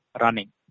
running